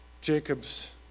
Jacob's